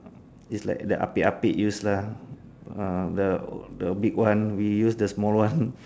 it's like the ah pek ah pek use lah uh the big one we use the small one